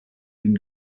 been